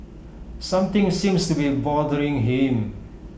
something seems to be bothering him